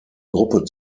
gruppe